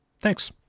Thanks